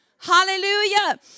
Hallelujah